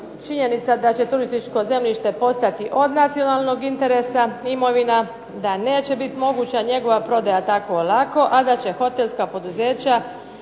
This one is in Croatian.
činjenica da će turističko zemljište postati od nacionalnog interesa imovina, da neće biti moguća njegova prodaja tako lako a da će hotelska poduzeća